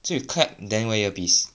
so you clap then wear ear piece